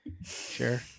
Sure